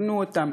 תקנו אותם,